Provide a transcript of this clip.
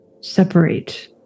separate